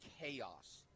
chaos